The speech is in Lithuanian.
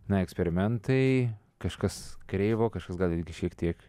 na eksperimentai kažkas kreivo kažkas gal šiek tiek